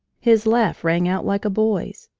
his laugh rang out like a boy's.